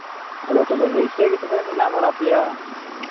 ᱟᱫᱚ ᱛᱚᱵᱮ ᱮᱭᱥᱮ ᱜᱮ ᱢᱮᱱᱟᱜ ᱵᱟᱲᱟ ᱯᱮᱭᱟ